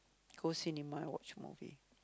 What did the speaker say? go cinema and watch movie